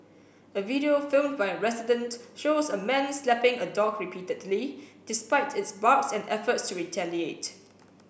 a video filmed by a resident shows a man slapping a dog repeatedly despite its barks and efforts to retaliate